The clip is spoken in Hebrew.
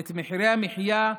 את מחירי המחיה,